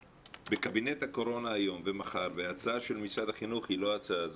בקבינט הקורונה היום ומחר ההצעה של משרד החינוך היא לא ההצעה הזאת.